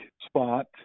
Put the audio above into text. spot